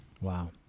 Wow